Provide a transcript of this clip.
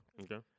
Okay